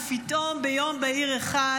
ופתאום, ביום בהיר אחד,